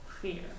fear